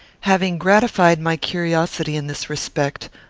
having gratified my curiosity in this respect,